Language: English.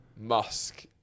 Musk